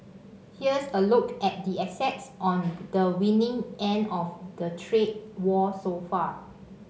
here's a look at the assets on the winning end of the trade war so far